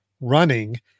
running